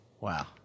Wow